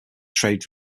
trade